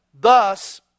Thus